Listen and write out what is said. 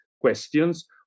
Questions